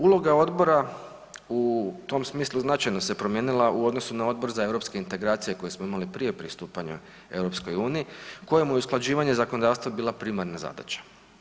Uloga odbora u tom smislu značajno se promijenila u odnosu na Odbor za europske integracije koji smo imali prije pristupanja EU kojem je usklađivanje zakonodavstva bila primarna zadaća.